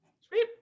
Sweet